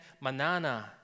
Manana